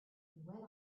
went